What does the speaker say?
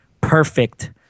perfect